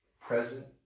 present